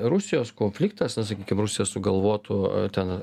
rusijos konfliktas na sakykim rusija sugalvotų ten